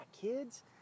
kids